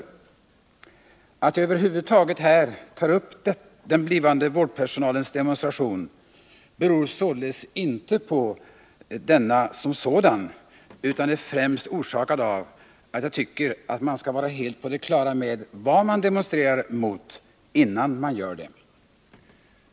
Att jag här över huvud taget tar upp den blivande vårdpersonalens demonstration beror således inte på denna som sådan utan är främst orsakat av att jag tycker att man skall vara helt på det klara med vad man demonstrerar mot, innan man gör det.